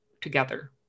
together